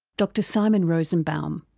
dr simon rosenbaum,